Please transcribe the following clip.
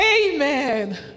Amen